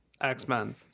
X-Men